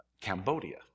Cambodia